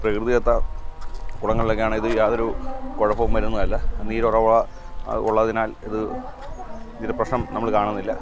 പ്രകൃതിദത്ത കുളങ്ങളിലൊക്കെ ആണെങ്കിൽ ഇത് യാതൊരു കുഴപ്പവും വരുന്നതല്ല നീരുറവ ഉള്ളതിനാൽ ഇത് ഇതിൽ പ്രശ്നം നമുക്ക് കാണുന്നില്ല